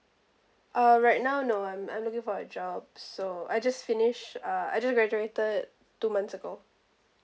uh right now no I'm I'm looking for a job so I just finish uh I just graduated two months ago